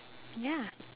ya